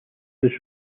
was